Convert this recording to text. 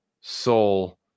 soul